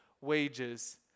wages